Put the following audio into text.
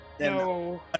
No